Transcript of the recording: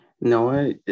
no